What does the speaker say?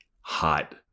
hot